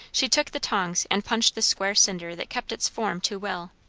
she took the tongs and punched the square cinder that kept its form too well.